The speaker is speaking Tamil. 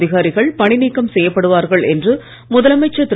அதிகாரிகள் பணி நீக்கம் செய்யப்படுவார்கள் என்று முதலமைச்சர் திரு